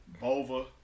Bova